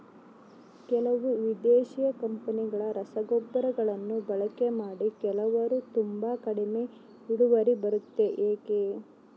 ಕೆಲವು ವಿದೇಶಿ ಕಂಪನಿಗಳ ರಸಗೊಬ್ಬರಗಳನ್ನು ಬಳಕೆ ಮಾಡಿ ಕೆಲವರು ತುಂಬಾ ಕಡಿಮೆ ಇಳುವರಿ ಬರುತ್ತೆ ಯಾಕೆ?